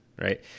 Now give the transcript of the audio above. right